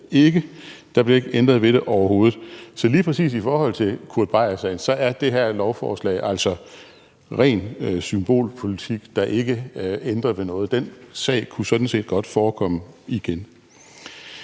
Der bliver ikke ændret ved det overhovedet. Så lige præcis i forhold til Kurt Beier-sagen, er det her forslag altså ren symbolpolitik, der ikke ændrer ved noget. Den sag kunne godt forekomme igen,